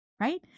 right